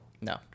No